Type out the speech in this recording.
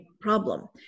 problem